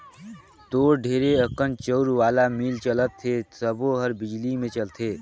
तोर ढेरे अकन चउर वाला मील चलत हे सबो हर बिजली मे चलथे